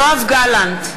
יואב גלנט,